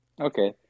Okay